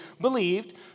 believed